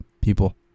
people